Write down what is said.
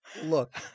look